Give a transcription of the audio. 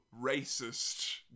racist